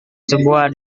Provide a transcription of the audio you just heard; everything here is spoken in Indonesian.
sebuah